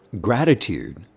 gratitude